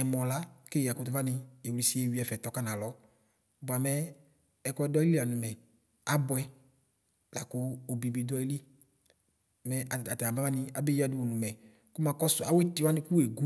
Ɛlɔ la keya kʋtʋ vani yewlisi ewi ɛfɛ tɔka nalɔ bʋamɛ ɛkʋɛ duayili lamʋ mɛ abʋɛ lakʋ obi bi dʋ ayili mɛ ataka abaʋani abe yadʋ wʋ nʋ mɛ kʋ makɔsʋ awidi wani kʋ wegʋ